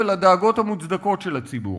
ולדאגות המוצדקות של הציבור.